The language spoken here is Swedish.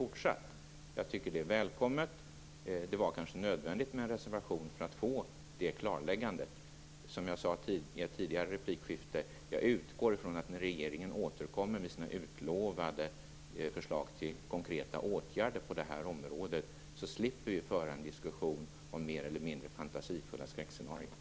Denna nedtoning är välkommen. Det var kanske nödvändigt med en reservation för att få det klarläggandet. Som jag sade i ett tidigare replikskifte utgår jag från att regeringen återkommer med sina utlovade förslag till konkreta åtgärder på det här området, så att vi slipper föra en diskussion om mer eller mindre fantasifulla skräckscenarion.